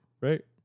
right